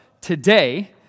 today